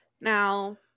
Now